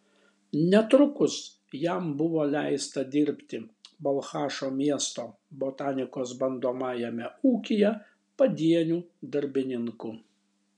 netrukus jam buvo leista dirbti balchašo miesto botanikos bandomajame ūkyje padieniu darbininku